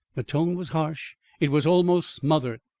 the tone was harsh it was almost smothered.